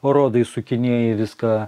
rodai sukinėji viską